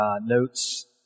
notes